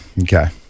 okay